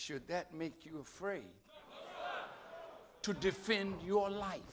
should that make you free to defend your life